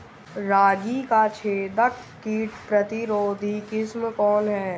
रागी क छेदक किट प्रतिरोधी किस्म कौन ह?